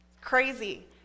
Crazy